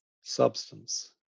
Substance